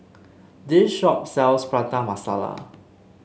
this shop sells Prata Masala